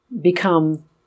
become